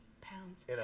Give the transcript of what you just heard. pounds